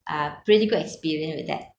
uh pretty good experience with that